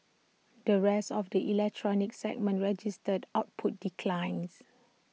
the rest of the electronics segments registered output declines